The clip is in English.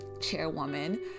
chairwoman